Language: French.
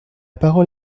parole